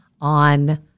on